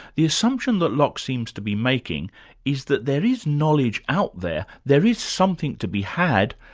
the assumption that locke seems to be making is that there is knowledge out there, there is something to be had,